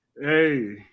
Hey